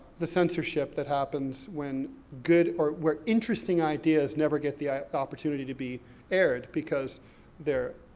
the censorship that happens when good, or where interesting ideas, never get the opportunity to be aired, because they're,